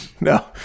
no